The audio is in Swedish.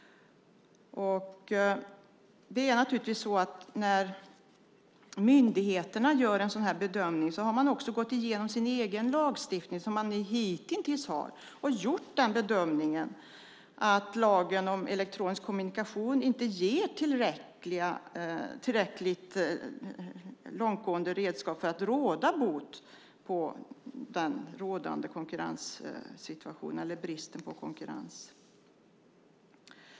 När myndigheterna gör en sådan här bedömning har man också gått igenom sin egen lagstiftning som man hitintills har haft och gjort den bedömningen att lagen om elektronisk kommunikation inte ger tillräckligt långtgående redskap för att råda bot på den rådande konkurrenssituationen eller bristen på konkurrens.